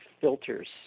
filters